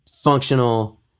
functional